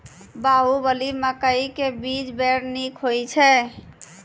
बाहुबली मकई के बीज बैर निक होई छै